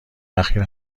اخیر